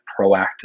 proactive